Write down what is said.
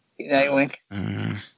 Nightwing